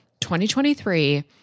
2023